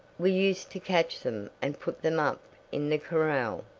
we used to catch them and put them up in the corral,